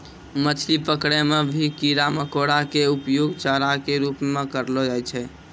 मछली पकड़ै मॅ भी कीड़ा मकोड़ा के उपयोग चारा के रूप म करलो जाय छै